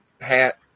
hat